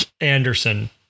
Anderson